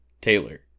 Taylor